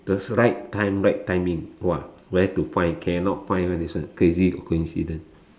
the right time right timing !wah! where to find cannot find one this one crazy coincidence